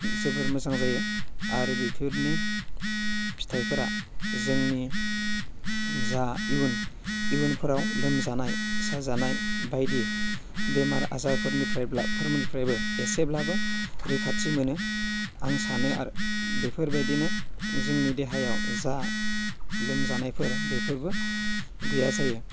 जोबोर मोजां जायो आरो बेफोरनि फिथायफोरा जोंनि जा इयुन इयुनफोराव लोमजानाय साजानाय बायदि बेमार आजारफोरनिफ्रायबो एसेबाबो रैखाथि मोनो आं सानो आरो बेफोरबादिनो जोंनि देहायाव जा लोमजानायफोर बेफोरखौ गैया जायो